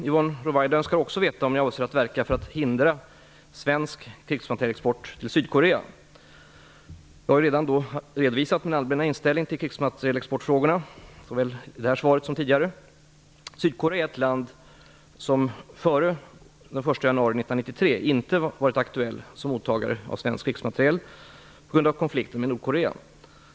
Yvonne Ruwaida önskar också veta om jag avser att verka för att hindra svensk krigsmaterielexport till Sydkorea. Jag har redan redovisat min allmänna inställning till krigsmaterielexportfrågorna, såväl i det här svaret som tidigare. Sydkorea är ett land som före den 1 januari 1993 inte varit aktuellt som mottagare av svensk krigsmateriel på grund av konflikten med Nordkorea.